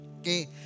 Okay